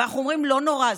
אנחנו אומרים לא נורא,